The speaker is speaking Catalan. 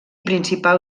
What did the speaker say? principal